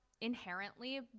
inherently